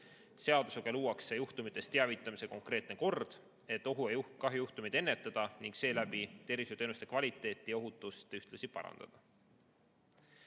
Seadusega luuakse juhtumitest teavitamise konkreetne kord, et ohu- ja kahjujuhtumeid ennetada ning seeläbi tervishoiuteenuste kvaliteeti ja ohutust parandada.